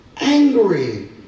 angry